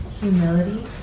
Humility